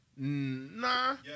Nah